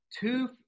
two